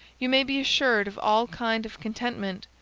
you may be assured of all kind of contentment,